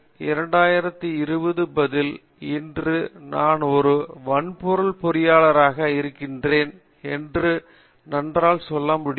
காமகோடி 2015 பதில் அல்லது ஒருவேளை 2020 பதில் இன்று நான் ஒரு வன்பொருள் பொறியாளராக இருக்கிறேன் என்று நன்றாக சொல்ல முடியும்